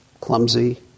Clumsy